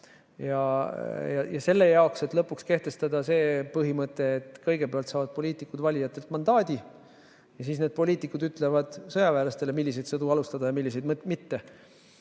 selle jõustamine, et lõpuks kehtestada põhimõte, et kõigepealt saavad poliitikud valijatelt mandaadi ja siis need poliitikud ütlevad sõjaväelastele, milliseid sõdu alustada ja milliseid mitte,